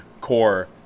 core